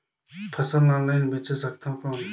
फसल ला ऑनलाइन बेचे सकथव कौन?